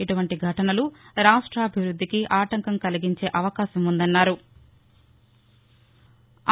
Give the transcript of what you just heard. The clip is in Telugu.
ఇటువంటి ఘటనలు రాష్టాభివృద్దికి ఆటంకం కలిగించే అవకాశం ఉందన్నారు